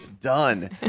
done